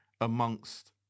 amongst